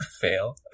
fail